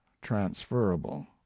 transferable